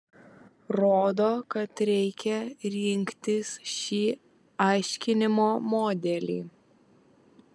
rodo kad reikia rinktis šį aiškinimo modelį